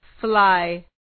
fly